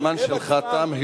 הזמן שלך תם,